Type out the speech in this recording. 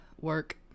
Work